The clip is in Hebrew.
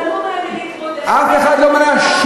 מנעו מהן להתמודד, אף אחד לא מנע.